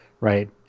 right